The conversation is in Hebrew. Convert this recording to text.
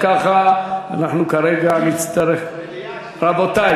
אם ככה, כרגע נצטרך, רבותי